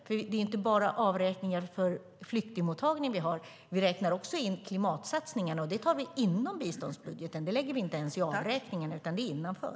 Det gäller inte bara avräkningar för flyktingmottagning. Vi räknar också in klimatsatsningar, och det inom biståndsbudgeten. Det lägger vi inte i avräkningen, utan det är innanför.